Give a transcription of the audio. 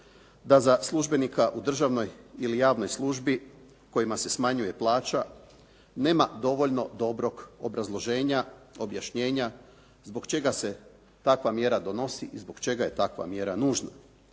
da za službenika u državnoj ili javnoj službi kojima se smanjuje plaća nema dovoljno dobrog obrazloženja, objašnjenja zbog čega se takva mjera donosi i zbog čega je takva mjera nužna.